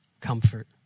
Comfort